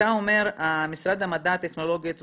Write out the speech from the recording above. אתה אומר שמשרד המדע, הטכנולוגיה וחלל,